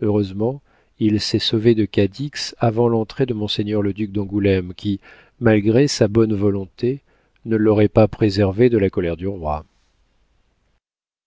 heureusement il s'est sauvé de cadix avant l'entrée de monseigneur le duc d'angoulême qui malgré sa bonne volonté ne l'aurait pas préservé de la colère du roi